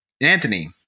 Anthony